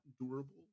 durable